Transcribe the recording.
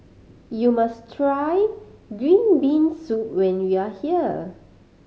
you must try green bean soup when you are here